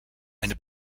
eine